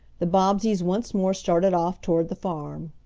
the bobbseys once more started off toward the farm.